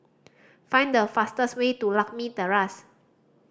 find the fastest way to Lakme Terrace